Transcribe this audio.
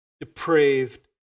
depraved